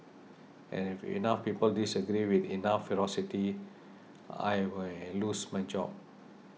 and if enough people disagree with enough ferocity I may well lose my job